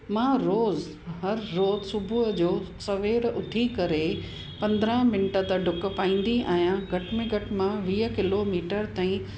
मां रोज़ हर रोज सुबुह जो सवेल उथी करे पंद्रहं मिंट त ॾुक पाईंदी आहियां घट में घटि मां वीह किलोमीटर ताईं